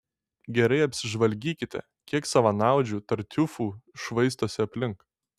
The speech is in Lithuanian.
gerai apsižvalgykite kiek savanaudžių tartiufų šlaistosi aplink